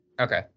okay